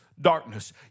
darkness